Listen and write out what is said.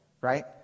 Right